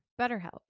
BetterHelp